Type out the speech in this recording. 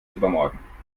übermorgen